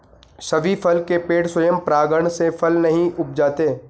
सभी फल के पेड़ स्वयं परागण से फल नहीं उपजाते